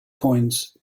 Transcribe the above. coins